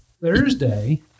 Thursday